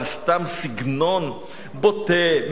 זה סתם סגנון בוטה,